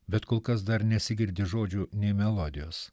bet kol kas dar nesigirdi žodžių nei melodijos